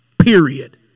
period